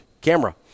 Camera